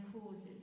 causes